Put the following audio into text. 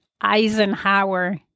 Eisenhower